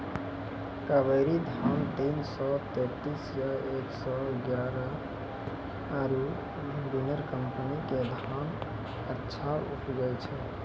कावेरी धान तीन सौ तेंतीस या एक सौ एगारह आरु बिनर कम्पनी के धान अच्छा उपजै छै?